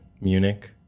Munich